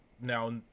now